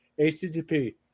http